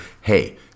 Hey